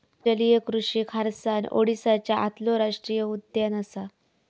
जलीय कृषि खारसाण ओडीसाच्या आतलो राष्टीय उद्यान असा